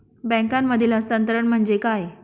बँकांमधील हस्तांतरण म्हणजे काय?